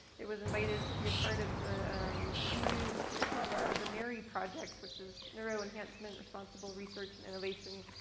it was invited to be a part of the eu's commission called the nerri project which is neuro enhancement responsible research and innovation.